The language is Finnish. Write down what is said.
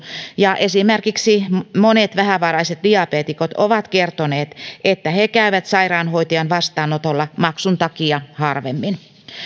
ja esimerkiksi monet vähävaraiset diabeetikot ovat kertoneet että he he käyvät sairaanhoitajan vastaanotolla maksun takia harvemmin